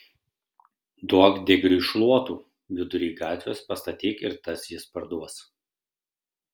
duok digriui šluotų vidury gatvės pastatyk ir tas jis parduos